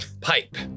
pipe